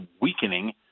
weakening